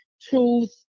truth